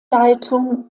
leitung